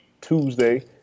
tuesday